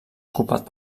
ocupat